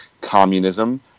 communism